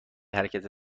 حرکت